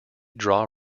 draw